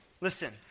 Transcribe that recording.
Listen